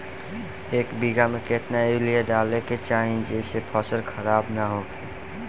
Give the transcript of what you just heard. एक बीघा में केतना यूरिया डाले के चाहि जेसे फसल खराब ना होख?